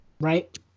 Right